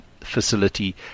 facility